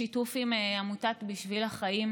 בשיתוף עם עמותת בשביל החיים,